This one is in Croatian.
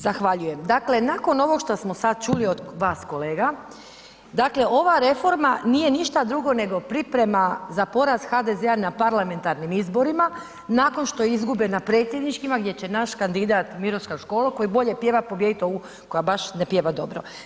Zahvaljujem, dakle nakon ovog što smo sada čuli od vas kolega, dakle ova reforma nije ništa drugo nego priprema za poraz HDZ-a na parlamentarnih izborima nakon što izgube na predsjedničkima gdje će naš kandidat Miroslav Škoro koji bolje pjeva pobijediti ovu koja baš ne pjeva dobro.